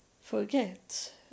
forget